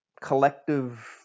collective